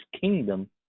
kingdom